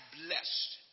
blessed